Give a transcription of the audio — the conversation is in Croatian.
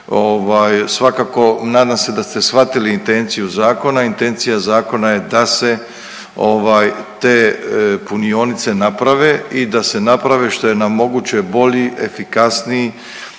Svakako nadam se da ste shvatili intenciju zakona. Intencija zakona je da se te punionice naprave i da se napravi što je na moguće bolji, efikasniji